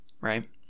right